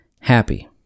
Happy